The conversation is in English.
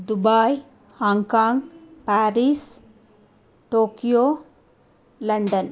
Dubai Hong Kong Paris Tokyo London